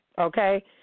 Okay